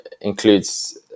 includes